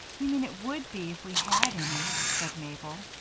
you mean it would be if we had any, said mabel.